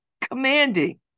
commanding